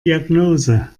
diagnose